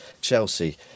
Chelsea